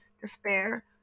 despair